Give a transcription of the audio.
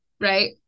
Right